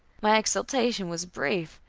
my exultation was brief.